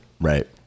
right